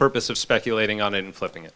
purpose of speculating on it and flipping it